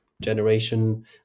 generation